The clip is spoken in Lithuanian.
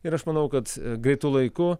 ir aš manau kad greitu laiku